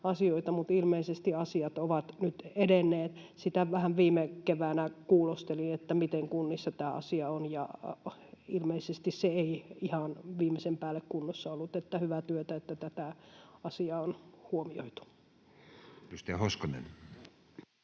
ja ilmeisesti asiat ovat nyt edenneet. Sitä vähän viime keväänä kuulostelin, miten kunnissa tämä asia on, ja ilmeisesti se ei ihan viimeisen päälle kunnossa ollut, eli hyvää työtä, että tätä asiaa on huomioitu. Edustaja Hoskonen.